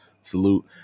Salute